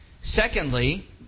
Secondly